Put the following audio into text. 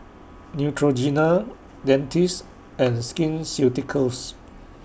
Neutrogena Dentiste and Skin Ceuticals